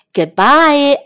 Goodbye